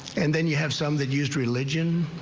and then you have some that use religion.